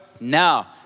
now